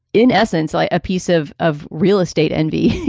in essence, like a piece of of real estate envy.